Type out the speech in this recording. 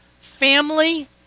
family